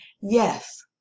Yes